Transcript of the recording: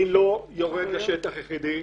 אני לא יורד לשטח יחידי.